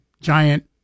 giant